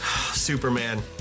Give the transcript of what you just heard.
Superman